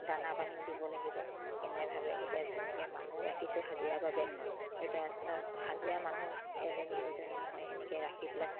দানা পানীও দিব লাগিব কেনেভাৱে এতিয়া ধুনীয়াকে মানুহ ৰাখিছোঁ হাজিৰা বাবে এতিয়া হাজিৰা মানুহ এজনী দুজনী নহয় সেনেকে ৰাখি পেলাই